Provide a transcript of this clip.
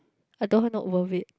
I told her not worth it